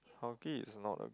hockey is not a